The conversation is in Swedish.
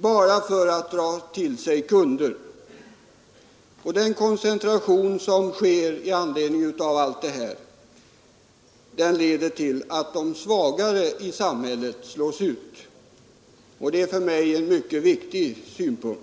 bara för att man skall dra till sig kunder. Den koncentration som sker i anledning av allt detta leder till att de svagare i samhället slås ut. Det är för mig en mycket viktig synpunkt.